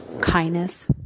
kindness